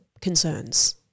concerns